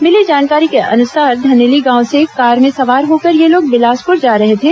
मिली जानकारी के अनुसार धनेली गांव से कार में सवार होकर ये लोग बिलासपुर जा रहे थे